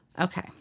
Okay